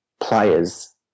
players